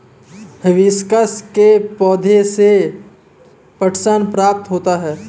hibiscus के पौधे से पटसन प्राप्त होता है